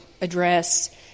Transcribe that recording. address